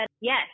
yes